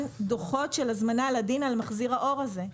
דוחות של הזמנה לדין על מחזיר האור הזה.